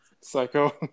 Psycho